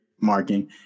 marking